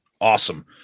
Awesome